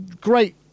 Great